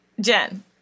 Jen